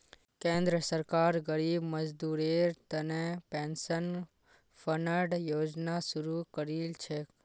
केंद्र सरकार गरीब मजदूरेर तने पेंशन फण्ड योजना शुरू करील छेक